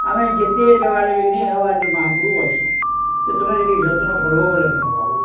ଆମେ ଯେତେ ଜଗାଲେ ବିି ନାଇଁ ହେବାର୍ ଯେ ମହାପୁରୁ ଅଛ ଯେ ତୁମେ ସେ ଟିକି ଯତ୍ନ କର୍ବ ବୋଲେ କାଣ ହେବା ବାବୁ